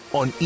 on